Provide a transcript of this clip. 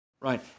Right